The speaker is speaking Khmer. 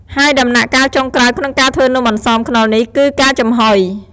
ហើយដំណាក់កាលចុងក្រោយក្នុងការធ្វើនំអន្សមខ្នុរនេះ គឺការចំហុយ។